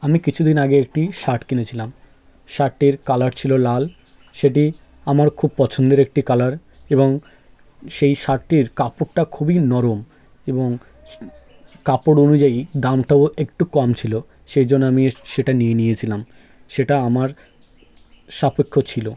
আমি কিছু দিন আগে একটি শার্ট কিনেছিলাম শার্টটির কালার ছিল লাল সেটি আমার খুব পছন্দের একটি কালার এবং সেই শার্টটির কাপড়টা খুবই নরম এবং কাপড় অনুযায়ী দামটাও একটু কম ছিল সেই জন্য আমি সেটা নিয়ে নিয়েছিলাম সেটা আমার সাপেক্ষ ছিল